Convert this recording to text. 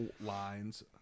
lines